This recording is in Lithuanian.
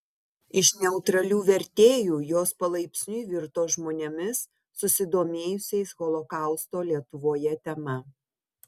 iš neutralių vertėjų jos palaipsniui virto žmonėmis susidomėjusiais holokausto lietuvoje tema